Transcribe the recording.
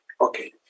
Okay